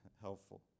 helpful